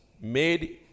made